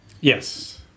Yes